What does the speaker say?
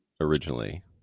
originally